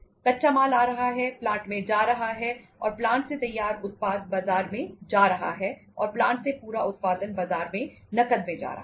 कच्चा माल आ रहा है प्लांट में जा रहा है और प्लांट से तैयार उत्पाद बाजार में जा रहा है और प्लांट से पूरा उत्पादन बाजार में नकद में जा रहा है